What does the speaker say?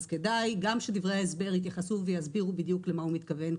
אז כדאי גם שדברי ההסבר יתייחסו ויסבירו בדיוק למה הוא מתכוון,